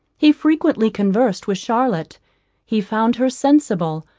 he frequently conversed with charlotte he found her sensible,